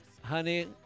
Honey